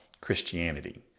Christianity